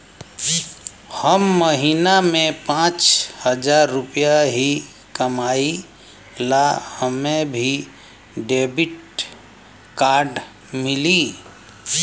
हम महीना में पाँच हजार रुपया ही कमाई ला हमे भी डेबिट कार्ड मिली?